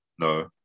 No